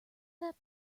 that